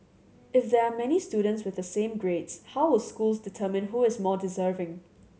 if there are many students with the same grades how will schools determine who is more deserving